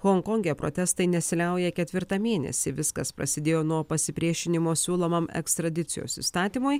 honkonge protestai nesiliauja ketvirtą mėnesį viskas prasidėjo nuo pasipriešinimo siūlomam ekstradicijos įstatymui